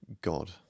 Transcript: god